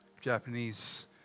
Japanese